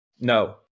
no